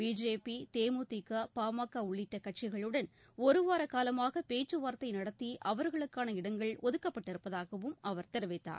BJP DMDK PMK உள்ளிட்ட கட்சிகளுடன் ஒருவார காலமாக பேச்சு வார்த்தை நடத்தி அவர்களுக்கான இடங்கள் ஒதுக்கப்பட்டிருப்பதாகவும் அவர் தெரிவித்தார்